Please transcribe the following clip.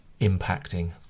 impacting